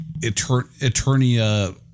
Eternia